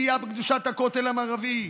פגיעה בקדושת הכותל המערבי,